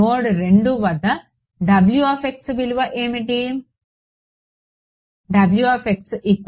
node 2 వద్ద విలువ ఏమిటి